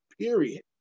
period